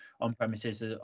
on-premises